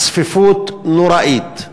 צפיפות נוראית,